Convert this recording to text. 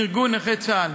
ארגון נכי צה"ל.